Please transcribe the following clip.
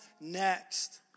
next